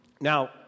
Now